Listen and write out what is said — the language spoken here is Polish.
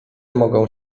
mogą